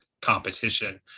competition